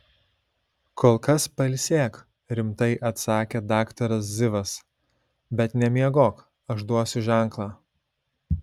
kol kas pailsėk rimtai atsakė daktaras zivas bet nemiegok aš duosiu ženklą